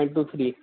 eight two three